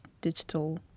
digital